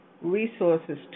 resources